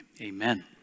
Amen